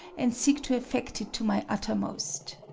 and seek to effect it to my uttermost.